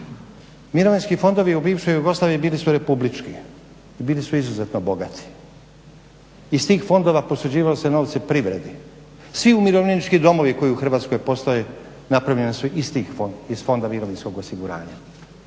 Mirovinski fondovi u bivšoj Jugoslaviji bili su republički i bili su izuzetno bogati. Iz tih fondova posuđivalo se novce privredi, svi umirovljenički domovi koji u Hrvatskoj postoje napravljeni su iz tih fondova mirovinskog osiguranja.